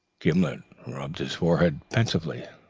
gimblet rubbed his forehead pensively,